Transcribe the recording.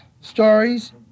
stories